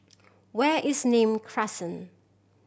where is Nim Crescent